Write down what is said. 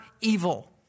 evil